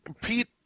Pete